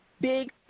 big